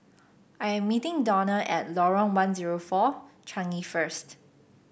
I am meeting Donna at Lorong one zero four Changi first